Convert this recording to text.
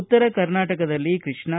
ಉತ್ತರ ಕರ್ನಾಟಕದಲ್ಲಿ ಕೃಷ್ಣಾ